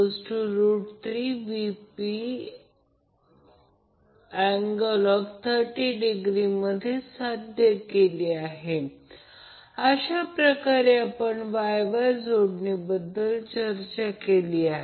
आता जर Vab Vbc करा जर Vab Vbc बनवले तर तो VL अँगल 30° VL अँगल 90° आहे म्हणून Vbc तो वर जाईल तो 120° असेल म्हणून Vbc Vab 120o